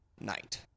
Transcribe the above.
night